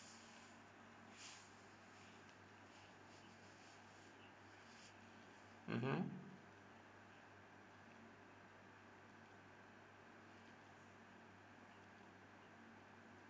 mmhmm